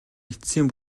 эцсийн